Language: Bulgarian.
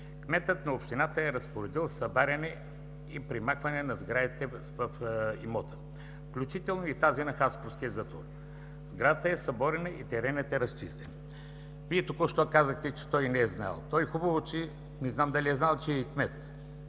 кметът на общината е разпоредил събаряне и премахване на сградите в имота, включително и тази на хасковския затвор. Сградата е съборена и теренът е разчистен. Вие току-що казахте, че той не е знаел, не знам дали е знаел, че е и кмет.